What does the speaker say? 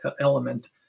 element